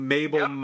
Mabel